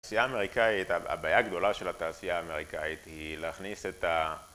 התעשייה האמריקאית, הבעיה הגדולה של התעשייה האמריקאית היא להכניס את ה...